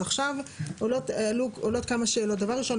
אז עכשיו עולות כמה שאלות: דבר ראשון,